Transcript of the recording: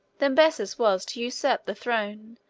then bessus was to usurp the throne,